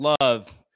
love